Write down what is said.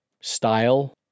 style